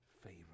favor